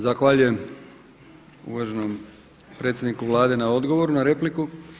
Zahvaljujem uvaženom predsjedniku Vlade na odgovoru na repliku.